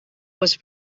was